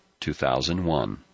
2001